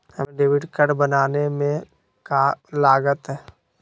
हमें debit card बनाने में का लागत?